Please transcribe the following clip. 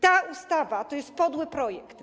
Ta ustawa to jest podły projekt.